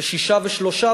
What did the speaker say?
ושישה ושלושה,